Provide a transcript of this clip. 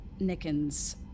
Nickens